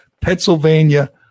Pennsylvania